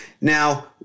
Now